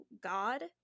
God